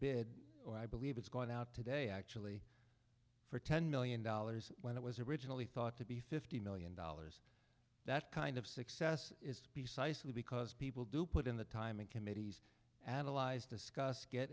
bid or i believe it's going out today actually for ten million dollars when it was originally thought to be fifty million dollars that kind of success is precisely because people do put in the time and committees analyze discuss get